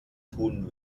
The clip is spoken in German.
tun